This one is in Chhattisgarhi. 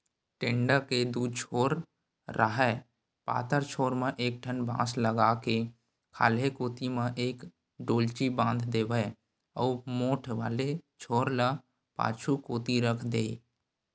टेंड़ा के दू छोर राहय पातर छोर म एक ठन बांस लगा के खाल्हे कोती म एक डोल्ची बांध देवय अउ मोठ वाले छोर ल पाछू कोती रख देय